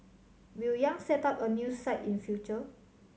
Will Yang set up a new site in future